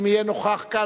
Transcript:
אם יהיה נוכח כאן,